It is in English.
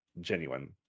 genuine